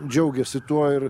džiaugėsi tuo ir